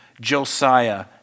Josiah